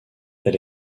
elle